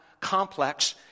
complex